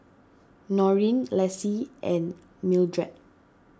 Norine Lacie and Mildred